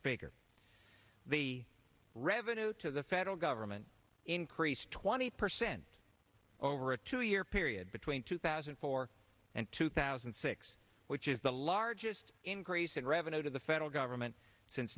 speaker the revenue to the federal government increased twenty percent over a two year period between two thousand and four and two thousand and six which is the largest increase in revenue to the federal government since